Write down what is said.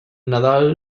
nadal